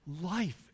life